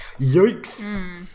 Yikes